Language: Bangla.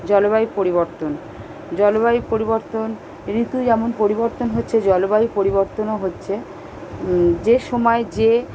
জলবায়ুর পরিবর্তন জলবায়ু পরিবর্তন ঋতু যেমন পরিবর্তন হচ্ছে জলবায়ু পরিবর্তনও হচ্ছে যে সময় যে